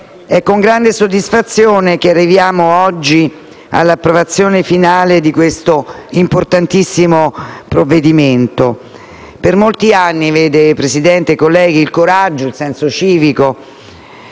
È con grande soddisfazione che arriviamo oggi all'approvazione finale di questo importantissimo provvedimento. Per molti anni, signora Presidente, colleghi, il coraggio e il senso civico